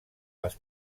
les